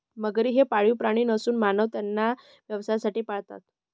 मगरी हे पाळीव प्राणी नसून मानव त्यांना व्यवसायासाठी पाळतात